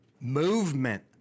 movement